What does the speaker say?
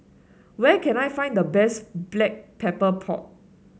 where can I find the best Black Pepper Pork